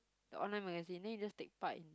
online magazine then you just take part in